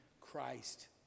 Christ